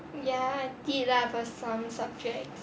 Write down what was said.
ya I did lah but some subjects